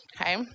Okay